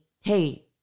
Hey